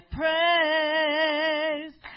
praise